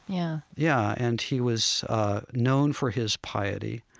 yeah yeah. and he was known for his piety.